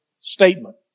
statement